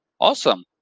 Awesome